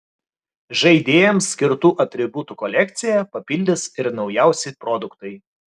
žaidėjams skirtų atributų kolekciją papildys ir naujausi produktai